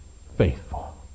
faithful